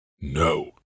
No